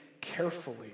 carefully